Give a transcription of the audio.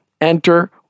enter